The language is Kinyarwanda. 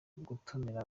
gutumira